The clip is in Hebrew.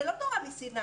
זאת לא תורה מסיני.